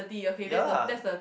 ya